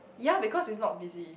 ya because it's not busy